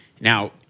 Now